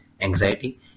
anxiety